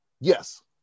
yes